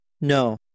No